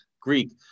Greek